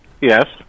Yes